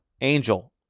angel